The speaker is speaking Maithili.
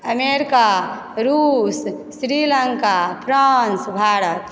अमेरिका रूस श्री लंका फ्रान्स भारत